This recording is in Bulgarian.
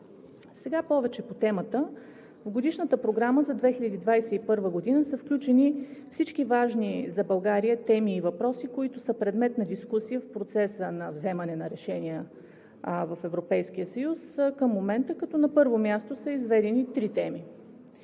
Сега повече по темата. В Годишната програма за 2021 г. са включени всички важни за България теми и въпроси, които са предмет на дискусия в процеса на вземане на решения в Европейския съюз към момента, като на първо място са изведени три теми.